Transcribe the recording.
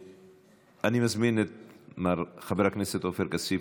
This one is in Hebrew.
אני מזמין את חבר הכנסת מר עופר כסיף.